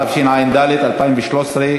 התשע"ד 2013,